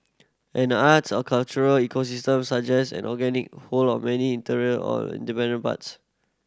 an arts and cultural ecosystem suggest an organic whole of many interrelated or dependent parts